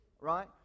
right